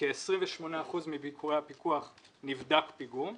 בכ-28% מביקורי הפיקוח נבדק פיגום,